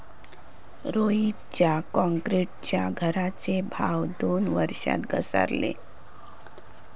रोहितच्या क्रॉन्क्रीटच्या घराचे भाव दोन वर्षात घसारले